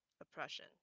oppression